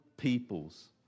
peoples